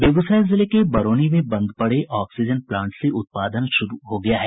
बेगूसराय जिले के बरौनी में बंद पड़े ऑक्सीजन प्लांट से उत्पादन शुरू हो गया है